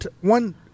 one